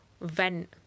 vent